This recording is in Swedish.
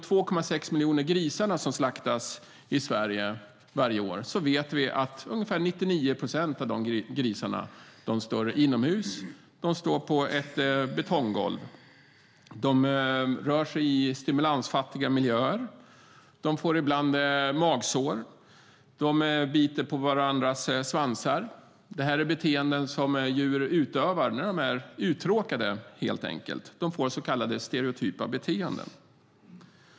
2,6 miljoner grisar slaktas som sagt i Sverige varje år. Ungefär 99 procent av grisarna står inomhus på ett betonggolv. De rör sig i stimulansfattiga miljöer. De får ibland magsår. De biter på varandras svansar. Detta är helt enkelt beteenden som djur utövar när de är uttråkade. De får så kallade stereotypa beteenden.